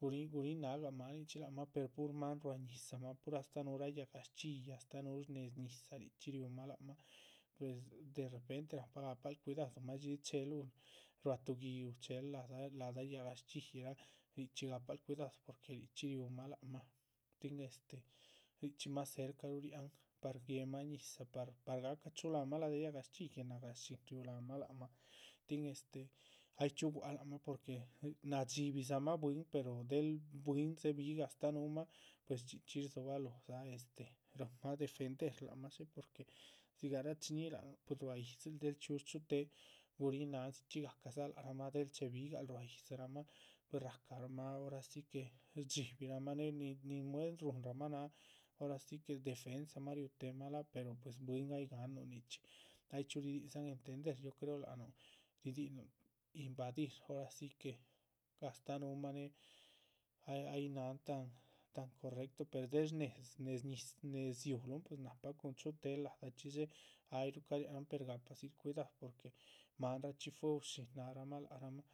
guríhin guríhin náhga máaninchxi láha. per pur máan ruá ñizah mah, pur astáh núhura yahgaxchihyi astáha núhu shnéhez ñizah richxí riúhumah lác mah, pues derrepente nahpa gapal cuidadu madxi chéheluh. ruáa tuh gi´uh, chéhel ladah ladah yahgaxchihyiraa richxí gahpal cuidadu porque richxí riúmah lác mah tin este richxí mas cerca, luegu riáhan par guéhma ñizah. per par gahca chúhu láhanmah ladah yahgaxchihyi guenagáh shín riú láhanmah lac mah, tin este ay chxíu buáha lac mah, porque nadxíbidzamah bwín, pero. del bwín dzébihigah astáh núhumah, pues chxí chxí rdzobalóho dza este rúhunmah defender, lac mah dxé porque dizgarachiñihi lac nuh pues ruá yídzil del chxíush. chutéhe gurín náhan ya dzichxí gahcadza lac ramah del chéhe bigal ruá yídziramah, pues rahcaramah ora si que shdxíbirahmah née nin muer rúhunramah náha ora si que. defensamah riú tehemah lác pero pues bwín ay gáhanuh nichxí, ay chxíu ridízahan entender yo creo lác nuh ridíhinuh invadir ora si que astáh núhunmah née. ay náhan tan tan correcto per del shnés shnés ñizah pero shnéhedziuluhn pues nahpa cuhun chutéhel ladachxí dxé ayruh cariahanan per gahpadzil cuidadu porque. máanrachxi fuehu shín náharaamah laac ramah